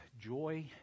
joy